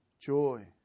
joy